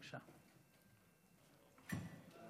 חמש